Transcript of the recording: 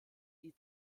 die